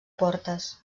portes